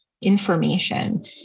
information